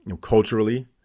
culturally